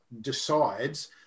decides